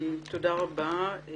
תודה רבה.